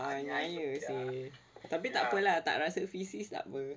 ah aniaya seh tapi tak apa lah tak rasa fizz tak apa